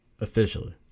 officially